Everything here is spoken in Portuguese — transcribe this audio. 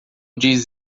diz